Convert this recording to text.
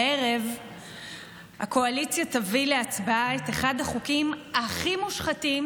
הערב הקואליציה תביא להצבעה את אחד החוקים הכי מושחתים